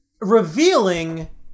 revealing